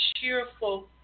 cheerful